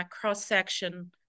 cross-section